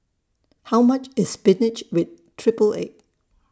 How much IS Spinach with Triple Egg